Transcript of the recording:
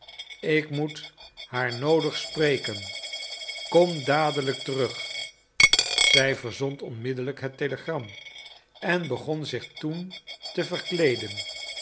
ik moet haar noodig spreken kom dadelijk terug zij verzond onmiddellijk het telegram en begon zich toen te verkleeden